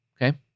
okay